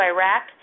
Iraq